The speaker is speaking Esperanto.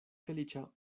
feliĉa